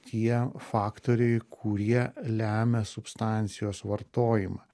tie faktoriai kurie lemia substancijos vartojimą